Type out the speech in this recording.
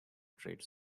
trade